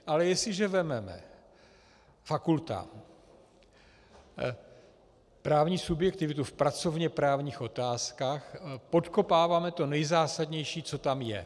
Ale jestliže vezmeme fakultám právní subjektivitu v pracovněprávních otázkách, podkopáváme to nejzásadnější, co tam je.